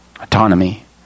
autonomy